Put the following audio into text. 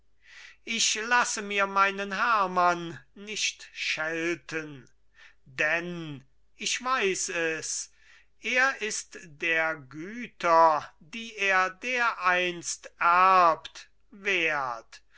ich lasse mir meinen hermann nicht schelten denn ich weiß es er ist der güter die er dereinst erbt wert